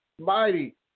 mighty